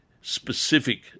specific